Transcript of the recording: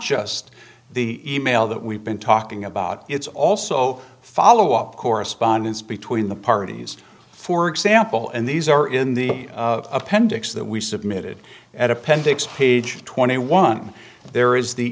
just the e mail that we've been talking about it's also follow up correspondence between the parties for example and these are in the appendix that we submitted at appendix page twenty one there is the